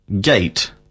gate